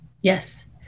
Yes